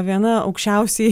viena aukščiausiai